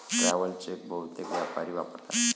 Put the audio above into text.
travel cheque बहुतेक व्यापारी वापरतात